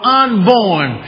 unborn